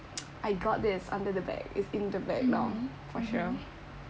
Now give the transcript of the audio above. I got this under the bag is in the bag now for sure